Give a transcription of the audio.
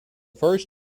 first